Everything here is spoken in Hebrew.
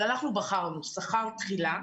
אנחנו בחרנו שכר תחילה,